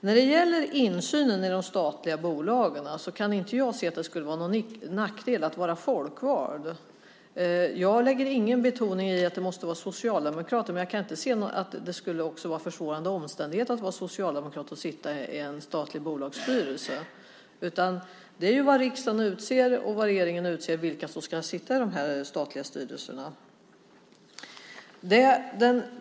När det gäller insynen i de statliga bolagen kan jag inte se att det skulle vara någon nackdel att vara folkvald. Jag lägger ingen betoning på att det måste vara socialdemokrater. Men jag kan inte heller se att det skulle vara en försvårande omständighet att vara socialdemokrat och sitta i en statlig bolagsstyrelse. Det är riksdagen och regeringen som bestämmer vilka som ska sitta i dessa statliga styrelser.